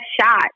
shot